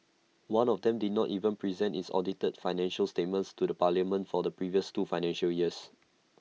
one of them did not even present its audited financial statements to the parliament for the previous two financial years